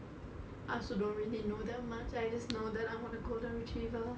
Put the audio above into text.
I also don't really know that much I just know that I want a golden retriever